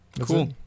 Cool